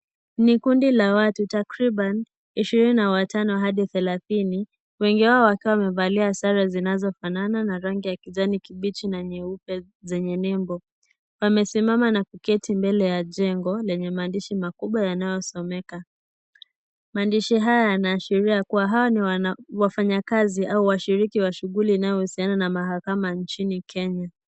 Ni kundi la watu takribani ishirini na watano hadi thelatini wengi wao wakiwa wamevalia sare zinazofanana na rangi ya kijani kibichi na nyeupe zenye nembo, wamesimama na kuketi ndani la jengo lenye maandishi makubwa yanayosomeka ,maandishi haya yanaashiria kuwa hawa ni wafanyakazi au washiriki wa shughuli inayohusiana na mahakama nchini Kenya.